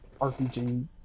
RPG